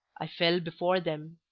i fell before them.